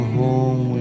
home